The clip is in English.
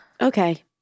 Okay